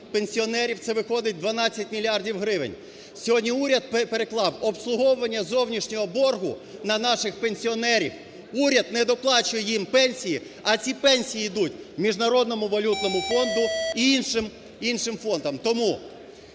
пенсіонерів, це виходить 12 мільярдів гривень. Сьогодні уряд переклав обслуговування зовнішнього боргу на наших пенсіонерів, уряд не доплачує їм пенсії, а ці пенсії йдуть Міжнародному валютному фонду і іншим фондам. Тому